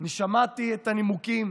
אני שמעתי את הנימוקים